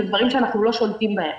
אלה דברים שאנחנו לא שולטים בהם.